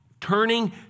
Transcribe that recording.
Turning